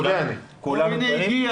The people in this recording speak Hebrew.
כולנו טועים.